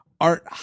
art